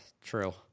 True